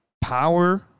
power